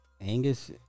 Angus